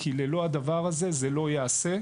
כי ללא הדבר הזה זה לא ייעשה.